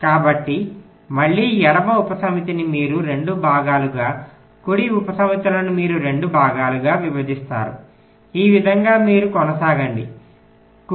కాబట్టి మళ్ళీ ఎడమ ఉపసమితిని మీరు 2 భాగాలుగా కుడి ఉపసమితులను మీరు 2 భాగాలుగా విభజిస్తారు ఈ విధంగా మీరు కొనసాగండి కుడి